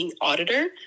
auditor